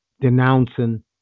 denouncing